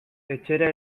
etxera